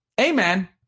amen